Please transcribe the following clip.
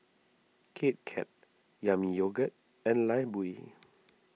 Kit Kat Yami Yogurt and Lifebuoy